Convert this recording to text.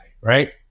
Right